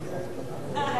לא.